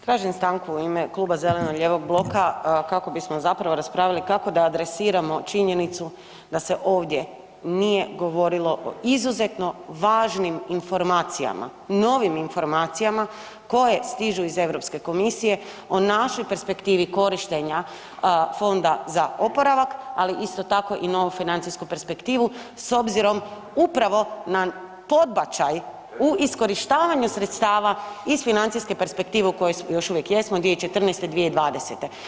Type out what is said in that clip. Tražim stanku u ime kluba zeleno-lijevog bloka kako bismo raspravili kako da adresiramo činjenicu da se ovdje nije govorilo o izuzetno važnim informacijama, novim informacijama koje stižu iz Europske komisije o našoj perspektivi korištenja Fonda za oporavak, ali isto tako i novu financijsku perspektivu s obzirom upravo na podbačaj u iskorištavanju sredstava iz financijske perspektive u kojoj još uvijek jesmo 2014.-2020.